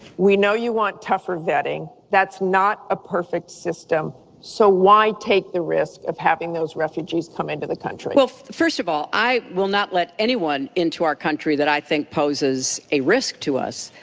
we know you want tougher vetting. that's not a perfect system. so why take the risk of having those refugees come into the country? clinton first of all, i will not let anyone into our country that i think poses a risk to us.